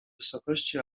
wysokości